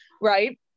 right